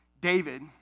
David